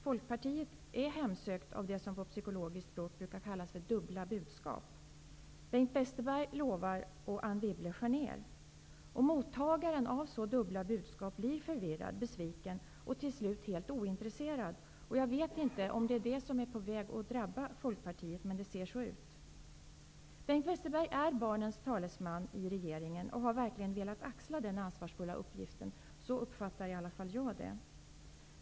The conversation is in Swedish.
Folkpartiet är hemsökt av det som på psykologspråk brukar kallas för dubbla budskap. Bengt Westerberg lovar, och Anne Wibble skär ned. Mottagaren av så dubbla budskap blir förvirrad och besviken och till slut helt ointresserad. Jag vet inte om det är det som är på väg att drabba Folkpartiet, men det ser så ut. Bengt Westerberg är barnens talesman i regeringen och har verkligen velat axla den ansvarsfulla uppgiften. Så har i alla fall jag uppfattat det.